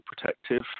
protective